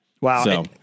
Wow